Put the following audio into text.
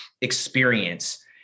experience